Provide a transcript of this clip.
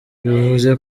bivuze